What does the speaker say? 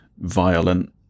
violent